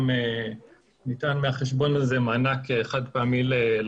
גם ניתן מהחשבון הזה מענק חד-פעמי של